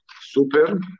super